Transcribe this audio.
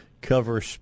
cover